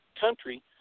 country